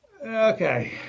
Okay